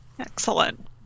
Excellent